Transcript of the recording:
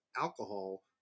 alcohol